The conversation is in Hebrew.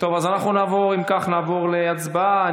אם כך, נעבור להצבעה.